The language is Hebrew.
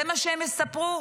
זה מה שהם יספרו?